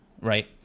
right